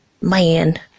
Man